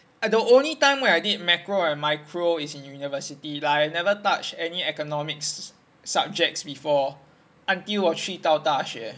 the only time where I did macro and micro is in uni like I never touch any economics subjects before until 我去到大学